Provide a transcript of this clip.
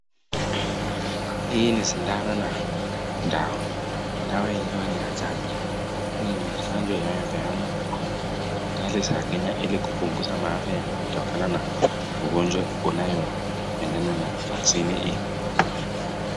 Hii ni sindano na dawa, dawa yenyewe ni ya chanjo, hii ni chanjo inayopeanwa kwenye hosiptali za Kenya ili kupunguza maafa yanayotokana na ugonjwa unayoendana na vaksini hii.